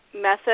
method